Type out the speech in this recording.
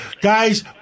Guys